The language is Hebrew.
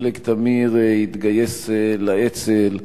פלג תמיר התגייס לאצ"ל,